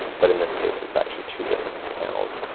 but in this case it's actually two different panels.